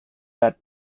that